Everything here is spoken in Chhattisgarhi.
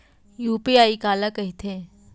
यू.पी.आई काला कहिथे?